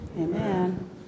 Amen